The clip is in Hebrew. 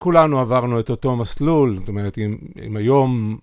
כולנו עברנו את אותו מסלול, זאת אומרת, אם אם היום...